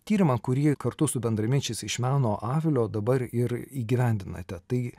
tyrimą kurį kartu su bendraminčiais iš meno avilio dabar ir įgyvendinate tai